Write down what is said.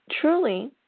truly